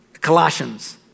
Colossians